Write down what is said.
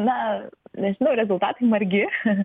na nežinau rezultatai margi